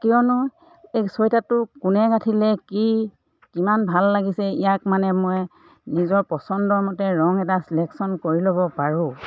কিয়নো এই চুৱেটাৰটো কোনে গাঠিলে কি কিমান ভাল লাগিছে ইয়াক মানে মই নিজৰ পচন্দৰমতে ৰং এটা ছিলেকশ্যন কৰি ল'ব পাৰোঁ